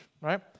right